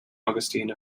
augustine